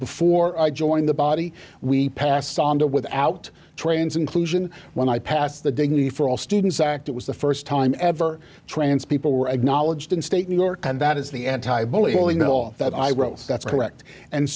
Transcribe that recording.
before i joined the body we passed on to without trains inclusion when i passed the dignity for all students act it was the first time ever trans people were acknowledged in state new york and that is the anti bullet hole in the law that i wrote that's correct and